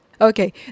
Okay